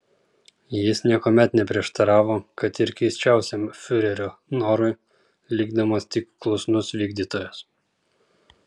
jis niekuomet neprieštaravo kad ir keisčiausiam fiurerio norui likdamas tik klusnus vykdytojas